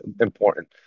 important